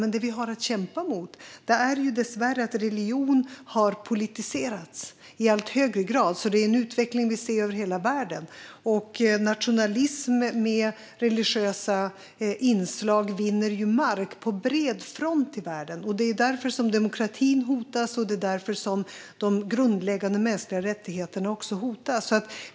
Men det vi har att kämpa mot är dessvärre att religion har politiserats i allt högre grad. Det är en utveckling vi ser över hela världen. Nationalism med religiösa inslag vinner ju mark på bred front i världen. Det är därför demokratin hotas, och det är därför de grundläggande mänskliga rättigheterna också hotas.